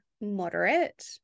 moderate